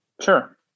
Sure